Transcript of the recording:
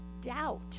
doubt